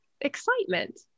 excitement